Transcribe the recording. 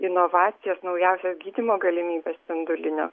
inovacijas naujausias gydymo galimybes spindulinio